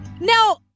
Now